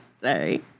Sorry